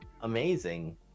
amazing